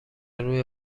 روی